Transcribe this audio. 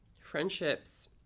friendships